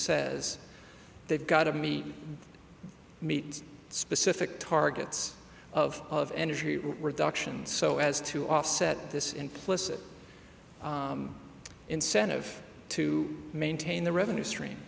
says they've got to meet meet specific targets of of energy reduction so as to offset this implicit incentive to maintain the revenue stream